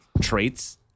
traits